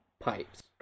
pipes